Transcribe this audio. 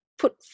Put